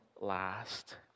last